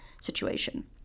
situation